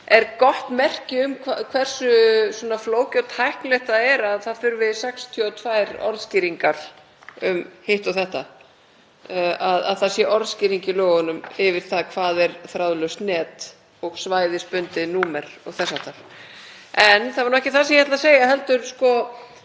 er gott merki um hversu flókið og tæknilegt það er að það þurfi 62 orðskýringar um hitt og þetta, að það sé orðskýring í lögunum yfir það hvað er þráðlaust net og svæðisbundið númer og þess háttar. En það var ekki það sem ég ætlaði að segja heldur hvort